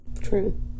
True